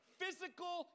physical